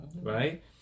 right